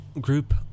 group